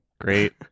great